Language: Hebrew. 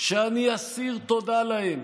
שאני אסיר תודה להם,